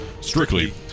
strictly